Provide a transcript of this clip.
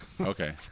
okay